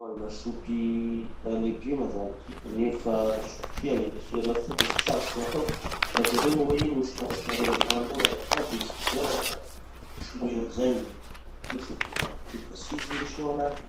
Nikomandy lasopy leguma zany, nefa lasopy fia nindesindreo lahasitao. Da tsy sarotsy gn'ataoko: mba jereo moa hoe ino gny sinoratsinareo amy komandy agny azafady. Indeso miverina da soloy anizay gny lasopy ho haniko tiky fa tsy izy indesinao anaha ty.